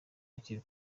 akiri